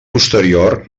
posterior